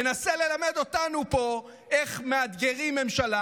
ומנסה ללמד אותנו פה איך מאתגרים ממשלה